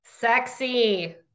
Sexy